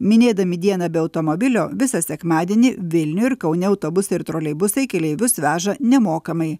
minėdami dieną be automobilio visą sekmadienį vilniuj ir kaune autobuse ir troleibusai keleivius veža nemokamai